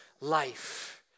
life